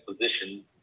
position